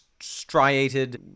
striated